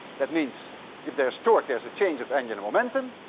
that means if there's torque, there's a change of angular momentum.